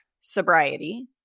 sobriety